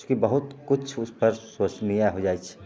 चूँकि बहुत किछु उसपर सोचनीय हो जाइ छै